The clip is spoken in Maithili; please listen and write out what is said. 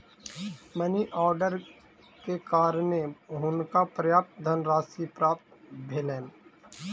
मनी आर्डर के कारणें हुनका पर्याप्त धनराशि प्राप्त भेलैन